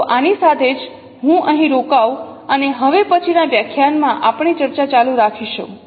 તો આની સાથે જ હું અહીં રોકાઉં અને હવે પછીનાં વ્યાખ્યાન માં આપણી ચર્ચા ચાલુ રાખીશું